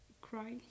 cry